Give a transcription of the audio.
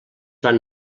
van